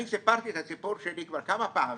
אני סיפרתי את הסיפור שלי כבר כמה פעמים,